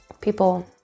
people